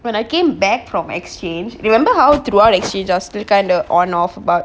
but I came back from exchange remember how throughout exchange I still kind of on off about